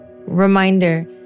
Reminder